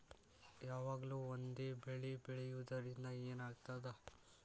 ಯಾವಾಗ್ಲೂ ಒಂದೇ ಬೆಳಿ ಬೆಳೆಯುವುದರಿಂದ ಏನ್ ಆಗ್ತದ?